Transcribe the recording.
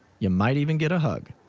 yeah might even get a hug.